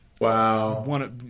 Wow